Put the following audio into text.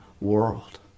world